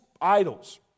idols